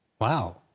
Wow